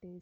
बने।